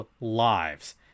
lives